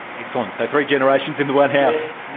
excellent, so three generations in the one house!